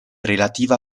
relativa